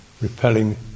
repelling